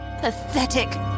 Pathetic